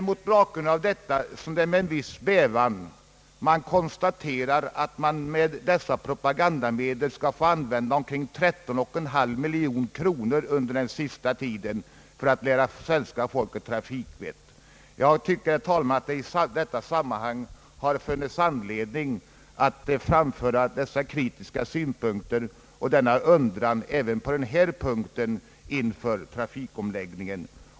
Mot bakgrunden av detta kan man med en viss bävan konstatera att omkring 13,5 miljoner kronor skall användas för att genom dylika propagandamedel lära svenska folket trafikvett. Jag har, herr talman, funnit anledning att framföra dessa kritiska synpunkter inför högertrafikomläggningen.